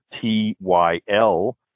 TYL